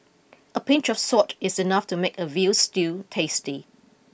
a pinch of salt is enough to make a veal stew tasty